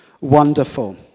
wonderful